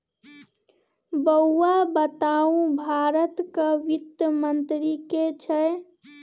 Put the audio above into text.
बौआ बताउ भारतक वित्त मंत्री के छै?